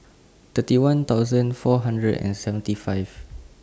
thirty one thousand four hundred and seventy five